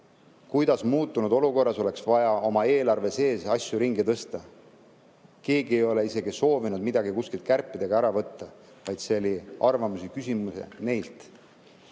kuidas muutunud olukorras oleks vaja oma eelarve sees asju ringi tõsta. Keegi ei ole isegi soovinud midagi kuskilt kärpida ega ära võtta, vaid neilt küsiti arvamust.